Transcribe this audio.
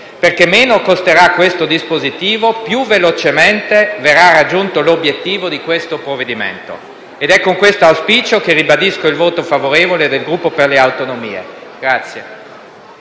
Perché meno costerà questo dispositivo più velocemente verrà raggiunto l'obiettivo di questo provvedimento. Ed è con questo auspicio che ribadisco il voto favorevole del Gruppo Per le Autonomie.